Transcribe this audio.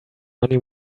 money